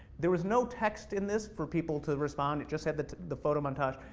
there was no text in this for people to respond, it just had the the photo montage,